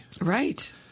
Right